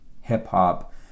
hip-hop